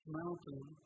mountain